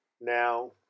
now